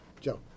Joe